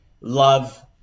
love